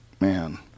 Man